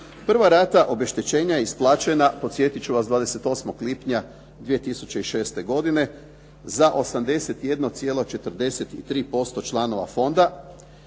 Prva rata obeštećenja je isplaćena, podsjetiti ću vas 28. lipnja 2006. godine za 81,43% članova fonda